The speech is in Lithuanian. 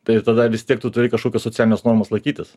tai ir tada vis tiek tu turi kažkokios socialinės normos laikytis